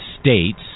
States